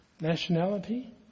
nationality